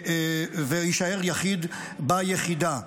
ויישאר יחיד ביחידה.